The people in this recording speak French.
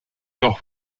leur